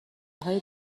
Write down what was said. های